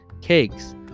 cakes